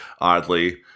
Oddly